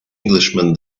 englishman